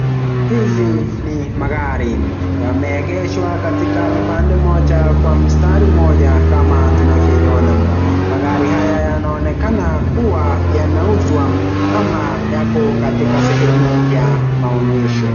Hizi ni magari yameegeshwa katika upande moja kwa mstari moja kama tunavyoona. Magari haya yanaonekana kuwa yanauzwa ama yako katika sehemu ya maonyesho.